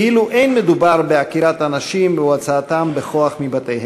כאילו אין מדובר בעקירת אנשים ובהוצאתם בכוח מבתיהם,